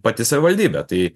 pati savivaldybė tai